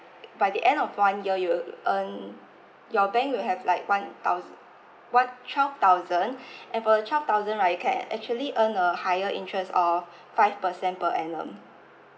by the end of one year you earn your bank will have like one thousand one twelve thousand and for the twelve thousand right you can actually earn a higher interest of five percent per annum